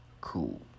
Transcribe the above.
Cool